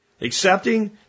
Accepting